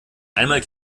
einmal